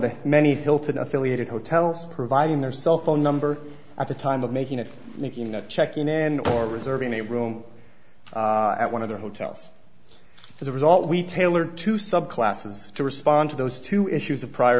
the many hilton affiliated hotels providing their cell phone number at the time of making it checking in or reserving a room at one of their hotels as a result we tailored to subclasses to respond to those two issues of prior